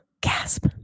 Gasp